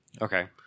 Okay